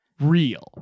real